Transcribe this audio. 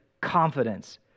confidence